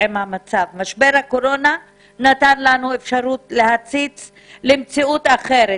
משבר הקורונה נתן לנו אפשרות להציץ למציאות אחרת,